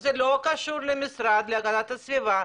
שזה לא קשור למשרד להגנת הסביבה,